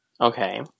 okay